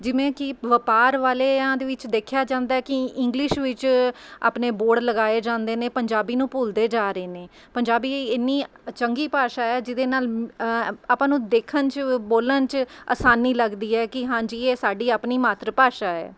ਜਿਵੇਂ ਕਿ ਵਪਾਰ ਵਾਲਿਆਂ ਦੇ ਵਿੱਚ ਦੇਖਿਆ ਜਾਂਦਾ ਕਿ ਇੰਗਲਿਸ਼ ਵਿੱਚ ਆਪਣੇ ਬੋਰਡ ਲਗਾਏ ਜਾਂਦੇ ਨੇ ਪੰਜਾਬੀ ਨੂੰ ਭੁੱਲਦੇ ਜਾ ਰਹੇ ਨੇ ਪੰਜਾਬੀ ਇੰਨੀ ਅ ਚੰਗੀ ਭਾਸ਼ਾ ਹੈ ਜਿਹਦੇ ਨਾਲ ਆਪਾਂ ਨੂੰ ਦੇਖਣ 'ਚ ਬੋਲਣ 'ਚ ਆਸਾਨੀ ਲੱਗਦੀ ਹੈ ਕਿ ਹਾਂਜੀ ਇਹ ਸਾਡੀ ਆਪਣੀ ਮਾਤਰ ਭਾਸ਼ਾ ਹੈ